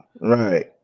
right